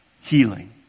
healing